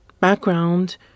background